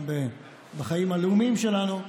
גם בחיים הלאומים שלנו,